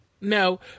No